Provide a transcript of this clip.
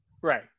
Right